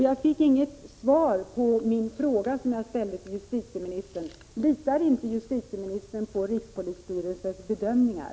Jag fick inte något svar på den fråga som jag ställde till justitieministern, nämligen: Litar inte justitieministern på rikspolisstyrelsens bedömningar?